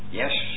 yes